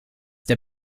der